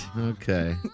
Okay